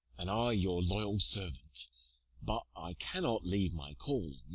and i your loyal servant but i cannot leave my calling.